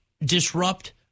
disrupt